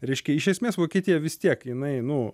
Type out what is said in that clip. reiškia iš esmės vokietija vis tiek jinai nu